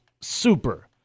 super